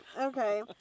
Okay